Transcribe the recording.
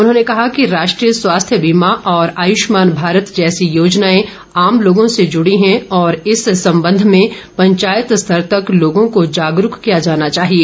उन्होंने कहा कि राष्ट्रीय स्वास्थ्य बीमा और आयुष्मान भारत जैसी योजनाएं आम लोगों से जुड़ी हैं और इस संबंध में पंचायत स्तर तक लोगों को जागरूक किया जाना चाहिए